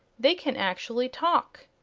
they can actually talk!